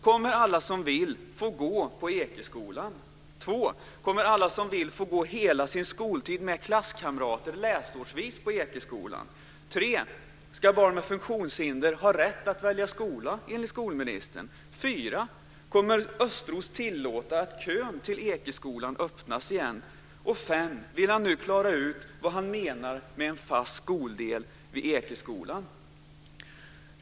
Kommer alla som vill att få gå hela sin skoltid med klasskamrater läsårsvis på Ekeskolan? 3. Ska barn med funktionshinder ha rätt att välja skola enligt skolministern? 4. Kommer Östros att tillåta att kön till Ekeskolan öppnas igen? 5. Vill han nu klara ut vad han menar med en fast skoldel vid Ekeskolan?